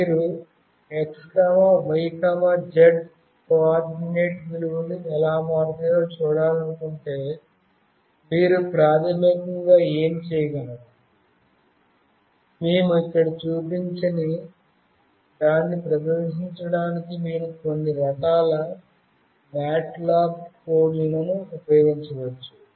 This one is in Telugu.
మీరు x y z కోఆర్డినేట్ విలువలు ఎలా మారుతాయో చూడాలనుకుంటే మీరు ప్రాథమికంగా ఏమి చేయగలరు మేము ఇక్కడ చూపించని దాన్ని ప్రదర్శించడానికి మీరు కొన్ని రకాల మ్యాట్లాబ్ కోడ్ను కూడా ఉపయోగించవచ్చు